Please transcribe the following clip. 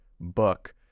book